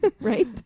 Right